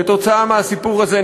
כתוצאה מהסיפור הזה,